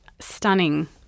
stunning